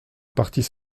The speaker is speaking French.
partis